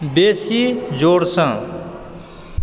बेसी जोरसँ